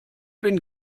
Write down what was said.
bin